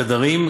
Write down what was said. קדרים,